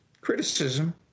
criticism